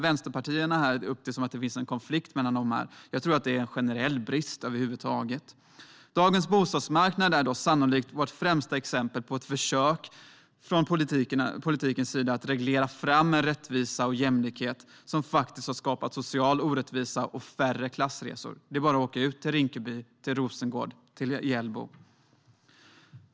Vänsterpartierna målar upp det som att det finns en konflikt mellan dessa, men jag tror att det handlar om en generell brist. Dagens bostadsmarknad är sannolikt vårt främsta exempel på ett försök från politiken att reglera fram en rättvisa och jämlikhet som faktiskt har skapat social orättvisa och färre klassresor. Det är bara att åka ut till Rinkeby, Rosengård och Hjällbo.